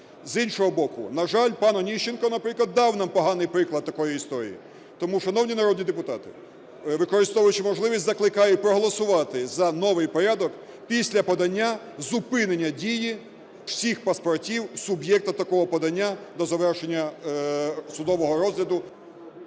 З іншого боку, на жаль, пан Онищенко, наприклад, дав нам поганий приклад такої історії. Тому, шановні народні депутати, використовуючи можливість, закликаю проголосувати за новий порядок: після подання зупинення дії всіх паспортів суб'єкта такого подання до завершення судового розгляду.